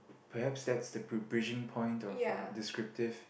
perhaps that is the preaching point to a descriptive